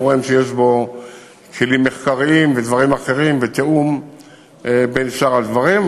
גורם שיש לו כלים מחקריים ודברים אחרים ותיאום בין שאר הדברים.